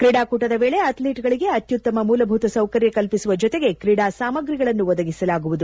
ಕ್ರೀಡಾಕೂಟದ ವೇಳೆ ಅಥ್ಲೀಟ್ಗಳಿಗೆ ಅತ್ಟುತ್ತಮ ಮೂಲಭೂತ ಸೌಕರ್ಯ ಕಲ್ಪಿಸುವ ಜತೆಗೆ ಕ್ರೀಡಾ ಸಾಮಾಗ್ರಿಗಳನ್ನು ಒದಗಿಸಲಾಗುವುದು